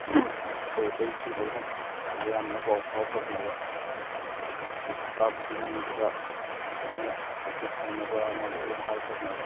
ꯑꯇꯩ ꯑꯇꯥꯩꯁꯨ ꯂꯣꯏꯅ ꯑꯌꯥꯝꯕꯅ ꯄꯥꯎ ꯐꯥꯎꯈ꯭ꯔꯕꯅꯦꯕ ꯍꯟꯗꯛꯀꯤ ꯍꯞꯇꯥ ꯐꯥꯎꯕꯒꯤ ꯃꯅꯨꯡꯁꯤꯗ ꯂꯣꯏꯅ ꯄ꯭ꯔꯥꯛꯇꯤꯁ ꯍꯧꯅꯕ ꯍꯥꯏꯅ ꯂꯣꯏꯅ ꯍꯥꯏꯈ꯭ꯔꯕꯅꯦꯕ